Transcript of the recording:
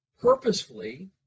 purposefully